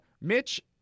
Mitch